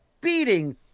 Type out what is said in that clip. beating